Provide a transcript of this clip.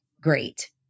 great